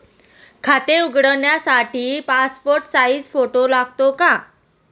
खाते उघडण्यासाठी passport size photo लागतो का?